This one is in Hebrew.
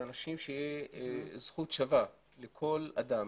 שתהיה זכות שווה לכל אדם